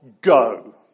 go